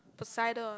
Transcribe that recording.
Poseidon